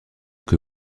que